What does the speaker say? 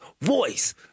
voice